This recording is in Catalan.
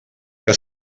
que